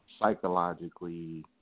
psychologically